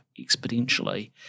exponentially